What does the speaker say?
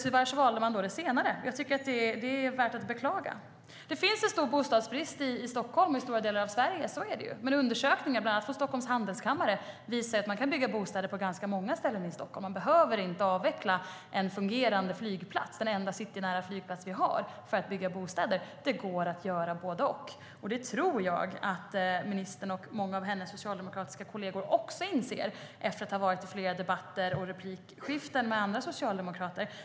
Tyvärr valde ni det senare. Det är värt att beklaga. Det finns en stor bostadsbrist i Stockholm och i stora delar av Sverige. Så är det. Men undersökningar, bland annat från Stockholms Handelskammare, visar att man kan bygga bostäder på ganska många ställen i Stockholm. Man behöver inte avveckla en fungerande flygplats - den enda citynära flygplats vi har - för att bygga bostäder. Det går att göra både och. Det tror jag att ministern och många av hennes socialdemokratiska kolleger också inser efter att ha haft flera debatter med andra socialdemokrater.